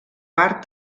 part